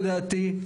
לדעתי,